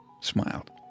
smiled